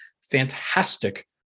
fantastic